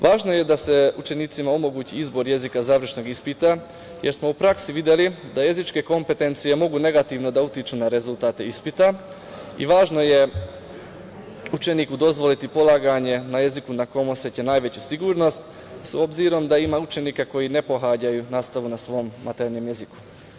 Važno je da se učenicima omogući izbor jezika završnog ispita jer smo u praksi videli da jezičke kompetencije mogu negativno da utiču na rezultate ispita i važno je učeniku dozvoliti polaganje na jeziku na kom oseća najveću sigurnost s obzirom da ima učenika koji ne pohađaju nastavu na svom maternjem jeziku.